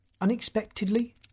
Unexpectedly